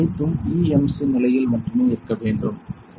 அனைத்தும் EMC நிலையில் மட்டுமே இருக்க வேண்டும் பார்க்க நேரம் 1646